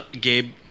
Gabe